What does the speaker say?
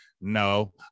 no